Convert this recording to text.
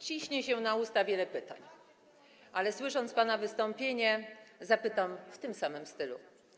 Ciśnie się na usta wiele pytań, ale usłyszawszy pana wystąpienie, zapytam w tym samym stylu.